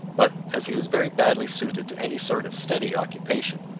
but as he was very badly suited to any sort of steady occupation,